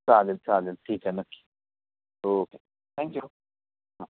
चालेल चालेल ठीक आहे नक्की ओके थँक्यू हां